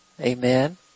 Amen